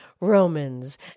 Romans